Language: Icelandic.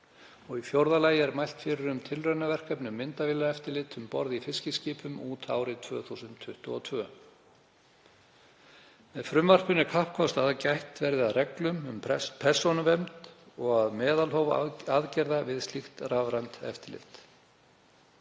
og í fjórða lagi er mælt fyrir um tilraunaverkefni um myndavélaeftirlit um borð í fiskiskipum út árið 2022. Með frumvarpinu er kappkostað að gætt verði að reglum um persónuvernd og um meðalhóf aðgerða við slíkt rafrænt eftirlit.